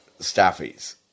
Staffies